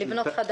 לבנות מקום חדש.